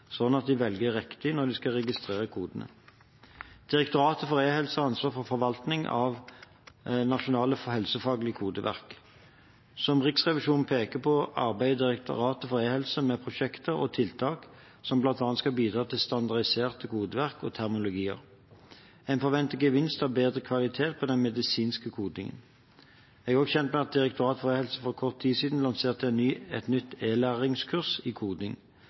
at de velger riktig når de skal registrere koder. Direktoratet for e-helse har ansvaret for å forvalte nasjonale helsefaglige kodeverk. Som Riksrevisjonen peker på, arbeider Direktoratet for e-helse med prosjekter og tiltak som bl.a. skal bidra til standardiserte kodeverk og terminologier. En forventet gevinst er bedre kvalitet på den medisinske kodingen. Jeg er kjent med at Direktoratet for e-helse for kort tid siden lanserte et nytt e-læringskurs i koding.